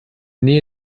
nähe